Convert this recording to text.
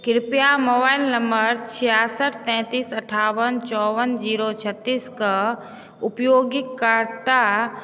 कृपया mobile number छिआसठि तैंतीस अठावन चौवन जीरो छत्तीस क उपयोगकर्ता